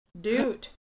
Dude